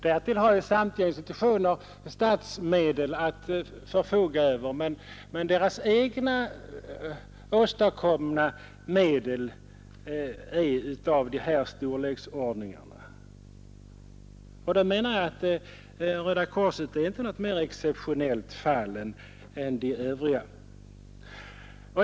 Därtill har samtliga institutioner statsmedel att förfoga över, men de insamlade beloppen är de jag nyss nämnde. Röda korset är därför inte något mera exceptionellt fall än de övriga organisationerna.